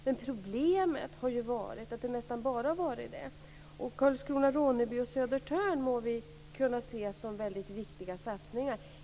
Men problemet har ju varit att det nästan bara har varit det. Karlskrona/Ronneby och Södertörn må vi se som väldigt viktiga satsningar.